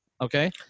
Okay